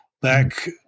Back